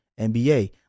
nba